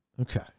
Okay